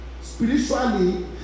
spiritually